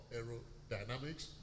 aerodynamics